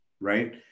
right